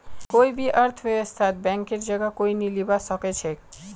कोई भी अर्थव्यवस्थात बैंकेर जगह कोई नी लीबा सके छेक